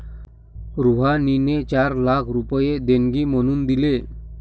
रुहानीने चार लाख रुपये देणगी म्हणून दिले